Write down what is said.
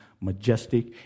majestic